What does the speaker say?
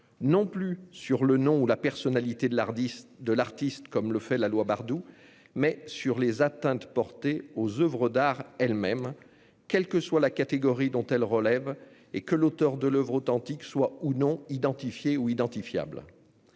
non plus sur le nom ou la personnalité de l'artiste, comme le prévoit la loi Bardoux, mais sur les atteintes portées aux oeuvres d'art elles-mêmes, quelle que soit la catégorie dont elles relèvent et que l'auteur de l'oeuvre authentique soit ou non identifié ou identifiable.